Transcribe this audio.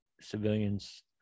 civilians